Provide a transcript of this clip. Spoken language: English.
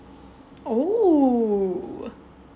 oh